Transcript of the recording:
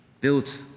built